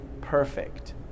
perfect